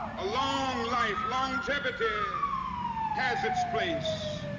a long life. longevity has its place.